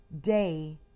day